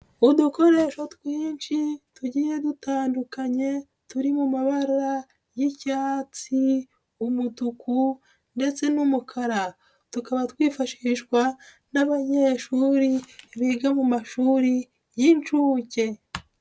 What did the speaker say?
Udukoresho twinshi tugiye dutandukanye turi mu mabara y'icyatsi umutuku ndetse n'umukara tukaba twifashishwa n'abanyeshuri biga mu mashuri y'inshuke.